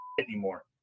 anymore